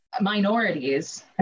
minorities